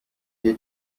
gihe